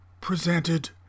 presented